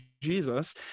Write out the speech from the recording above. Jesus